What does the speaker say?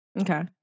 Okay